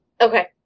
Okay